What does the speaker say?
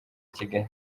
kigali